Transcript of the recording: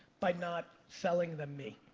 by not selling them me.